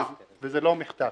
וזה לא מחטף.